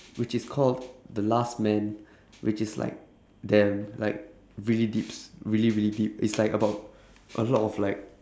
which is called the last man which is like damn like really deeps really really deep it's like about a lot of like